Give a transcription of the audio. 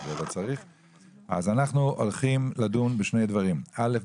אנחנו הולכים לדון בשני דברים, א',